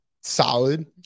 solid